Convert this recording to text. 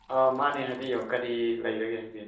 ꯑꯥ ꯃꯥꯟꯅꯦ ꯍꯥꯏꯕꯤꯌꯣ ꯀꯔꯤ ꯂꯩꯔꯒꯦ ꯍꯥꯏꯕꯤꯌꯨ